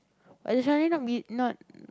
additionally not me not